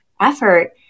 effort